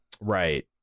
Right